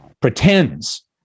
pretends